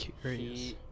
curious